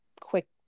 quick